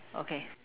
okay